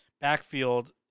backfield